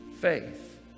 faith